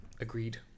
agreed